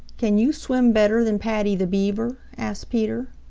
can you swim better than paddy the beaver? asked peter.